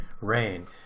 rain